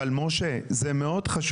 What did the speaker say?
אבל זה חשוב מאוד.